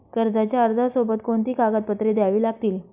कर्जाच्या अर्जासोबत कोणती कागदपत्रे द्यावी लागतील?